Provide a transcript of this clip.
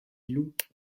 loups